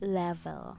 level